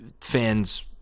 fans